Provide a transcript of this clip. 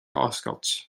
oscailt